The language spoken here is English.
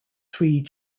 three